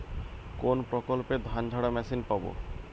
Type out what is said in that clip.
কোনপ্রকল্পে ধানঝাড়া মেশিন পাব?